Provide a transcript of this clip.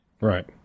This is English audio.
Right